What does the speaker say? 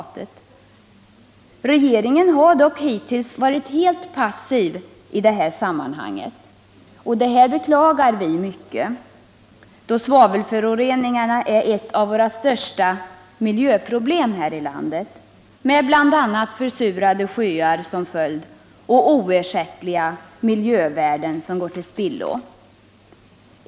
Regeringen har dock hittills varit helt passiv i det här sammanhanget. Det beklagar vi mycket, då svavelföroreningar är ett av våra största miljöproblem häri landet, med bl.a. försurade sjöar och oersättliga miljövärden, som går till spillo, som följd.